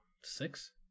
six